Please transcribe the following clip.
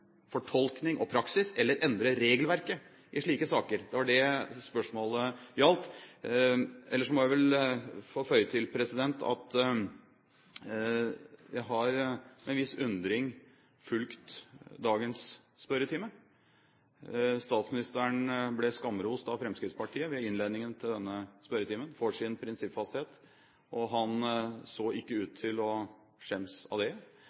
fortolkning og praksis, eller endre regelverket, i slike saker. Det var det spørsmålet gjaldt. Ellers må jeg vel få føye til at jeg har med en viss undring fulgt dagens spørretime. Statsministeren ble ved innledningen til denne spørretimen skamrost av Fremskrittspartiet for sin prinsippfasthet, og han så ikke ut til å skjemmes for det.